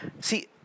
See